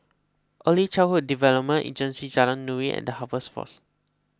Early Childhood Development Agency Jalan Nuri and the Harvest force